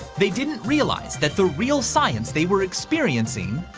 they didn't realize that the real science they were experiencing.